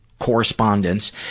Correspondence